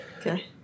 Okay